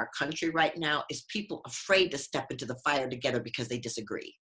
our country right now is people afraid to step into the fire together because they disagree